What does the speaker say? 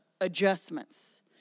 adjustments